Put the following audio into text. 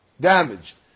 damaged